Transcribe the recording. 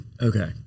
Okay